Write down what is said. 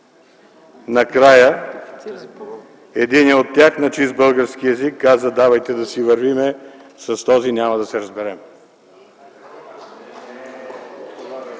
накрая единият от тях на чист български език каза: „Давайте да си вървим, с този няма да се разберем!”